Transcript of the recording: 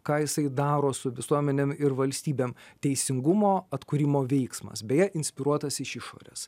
ką jisai daro su visuomenėm ir valstybėm teisingumo atkūrimo veiksmas beje inspiruotas iš išorės